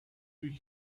you